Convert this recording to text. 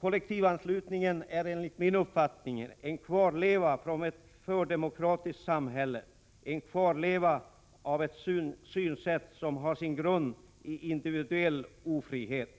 Kollektivanslutningen är enligt min uppfattning en kvarleva från ett fördemokratiskt samhälle, en kvarleva av ett synsätt som har sin grund i individuell ofrihet.